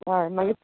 हय मागीर